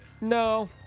No